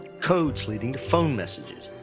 codes leading to phone messages,